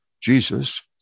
Jesus